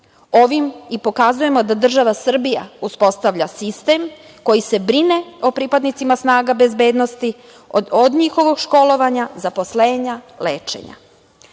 Ovim i pokazujemo da država Srbija uspostavlja sistem koji se brine o pripadnicima snaga bezbednosti, od njihovog školovanja, zaposlenja, lečenja. Ima